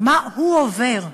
מה הוא עובר?